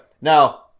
Now